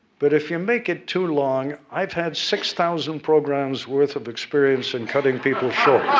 but, if you make it too long, i've had six thousand programs' worth of experience in cutting people short.